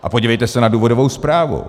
A podívejte se na důvodovou zprávu.